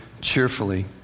cheerfully